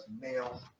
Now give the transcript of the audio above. male